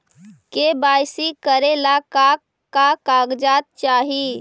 KYC करे ला का का कागजात चाही?